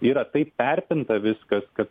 yra taip perpinta viskas kad